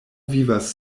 vivas